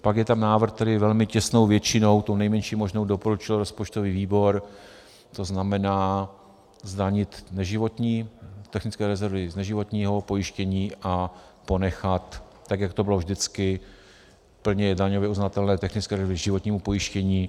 Pak je tam návrh, který velmi těsnou většinou, tou nejmenší možnou, doporučil rozpočtový výbor, tzn. zdanit neživotní technické rezervy z neživotního pojištění a ponechat tak, jak to bylo vždycky, plně daňově uznatelné technické rezervy k životnímu pojištění.